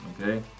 Okay